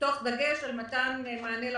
תוך דגש על מתן מענה לפריפריה.